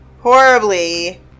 horribly